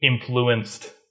influenced